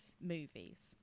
movies